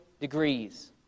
degrees